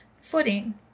footing